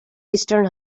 eastern